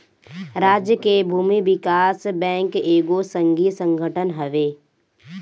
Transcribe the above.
राज्य के भूमि विकास बैंक एगो संघीय संगठन हवे